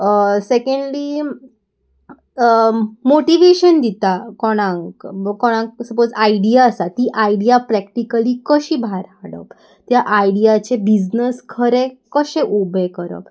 secondly motivation दिता कोणाक कोणाक सपोज आयडिया आसा ती आयडिया प्रॅक्टिकली कशी भायर हाडप त्या आयडियाचे बिजनस खरें कशें उबें करप